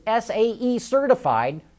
SAE-certified